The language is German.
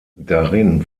darin